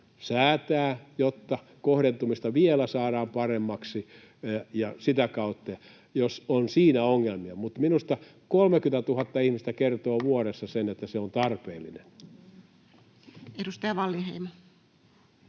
säätää, jotta kohdentumista vielä saadaan paremmaksi sitä kautta, jos on siinä ongelmia? Minusta 30 000 ihmistä vuodessa kertoo sen, että se on tarpeellinen? Edustaja Wallinheimo.